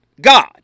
God